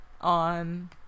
on